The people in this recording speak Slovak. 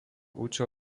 účel